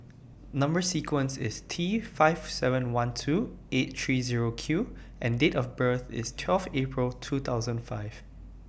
Number sequence IS T five seven one two eight three Zero Q and Date of birth IS twelve April two thousand five